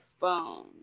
phone